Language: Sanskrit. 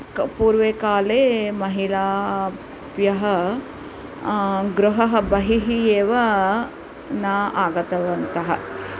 पूर्वे काले महिलाभ्यः गृहः बहिः एव न आगतवन्तः